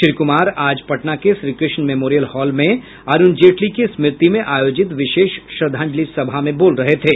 श्री कुमार आज पटना के Shrikrishna memorial hall में अरूण जेटली की स्मृति में आयोजित विशेष श्रद्धांजलि सभा में बोल रहे थे